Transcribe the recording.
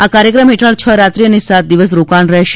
આ કાર્યક્રમ હેઠળ છ રાત્રિ અને સાત દિવસ રોકાણ રહેશે